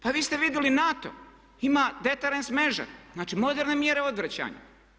Pa vi ste vidjeli NATO ima deterens … znači moderne mjere odvraćanja.